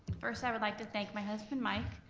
first i would like to thank by husband, mike,